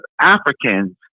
Africans